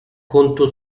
conto